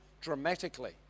Dramatically